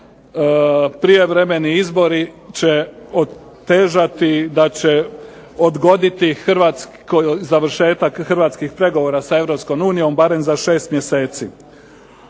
prijevremeni izbori će otežati, da će odgoditi završetak hrvatskih pregovora sa Europskom unijom barem za 6 mjeseci.